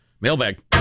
Mailbag